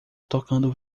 tocando